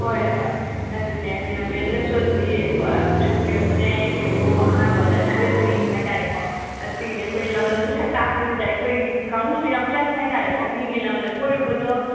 ꯍꯣꯏ ꯍꯣꯏ ꯑꯗꯨꯅꯦ ꯑꯗꯨꯅ ꯃꯦꯝꯅꯁꯨ ꯑꯗꯨꯒꯤ ꯄꯨꯁꯤꯟꯕꯤꯔꯛꯄꯁꯦ ꯑꯩꯅ ꯃꯦꯝꯕꯨ ꯑꯍꯥꯟꯕꯗ ꯊꯥꯒꯠꯆꯔꯤ ꯍꯥꯏꯇꯥꯔꯦ ꯀꯣ ꯑꯁꯤꯒꯤ ꯑꯩꯈꯣꯏ ꯂꯝꯗꯝꯁꯦ ꯁꯛ ꯇꯥꯛꯄꯁꯤꯗ ꯑꯩꯈꯣꯏꯒꯤ ꯀꯥꯡꯕꯨꯁꯨ ꯌꯥꯝ ꯆꯪꯉꯦ ꯍꯥꯏꯇꯥꯔꯦ ꯀꯣ ꯃꯤꯒꯤ ꯂꯝꯗ ꯀꯣꯏꯔꯨꯕꯗꯣ